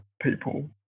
people